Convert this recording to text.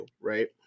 right